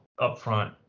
upfront